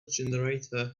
generator